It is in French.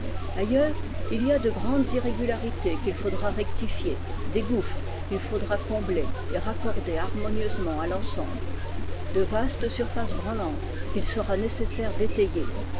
ailleurs il y a de grandes irrégularités qu'il faudra rectifier des gouffres qu'il faudra combler et raccorder harmonieusement à l'ensemble de vastes surfaces branlantes qu'il sera nécessaire d'étayer